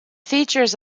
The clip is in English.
features